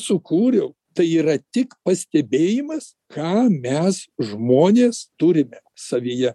sukūriau tai yra tik pastebėjimas ką mes žmonės turime savyje